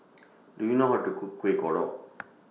Do YOU know How to Cook Kuih Kodok